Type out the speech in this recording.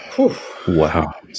Wow